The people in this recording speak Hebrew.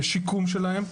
לשיקום שלהם,